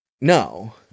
No